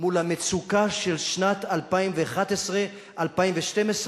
מול המצוקה של שנת 2011 2012,